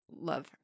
Love